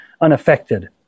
unaffected